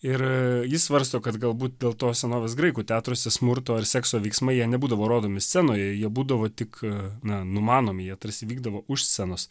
ir jis svarsto kad galbūt dėl to senovės graikų teatruose smurto ir sekso veiksmai jie nebūdavo rodomi scenoje jie būdavo tik na numanomi jie tarsi vykdavo už scenos